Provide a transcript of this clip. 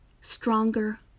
Stronger